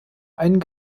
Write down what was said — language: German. einen